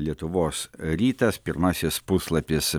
lietuvos rytas pirmasis puslapis